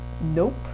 nope